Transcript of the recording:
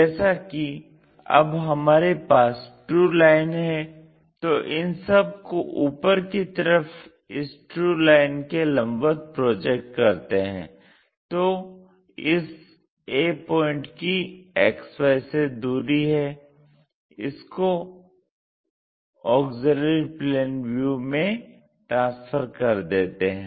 जैसा कि अब हमारे पास ट्रू लाइन है तो इन सब को ऊपर की तरफ इस ट्रू लाइन के लम्बवत प्रोजेक्ट करते हैं तो इस a पॉइंट की XY से जो दूरी है उसको ऑक्सिलियरी प्लेन व्यू में ट्रांसफर कर देते हैं